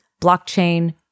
blockchain